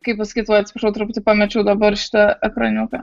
kaip pasakyt oi atsiprašau truputį pamečiau dabar šitą ekraniuką